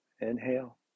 inhale